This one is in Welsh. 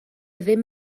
ddim